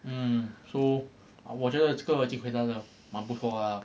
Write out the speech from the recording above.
mm so 我觉得这个我已经回答得蛮不错啦